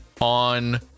on